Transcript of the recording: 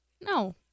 No